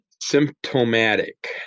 symptomatic